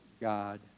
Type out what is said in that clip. God